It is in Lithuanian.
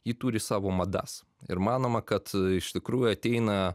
ji turi savo madas ir manoma kad iš tikrųjų ateina